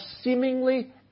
seemingly